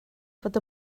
fod